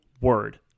word